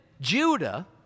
Judah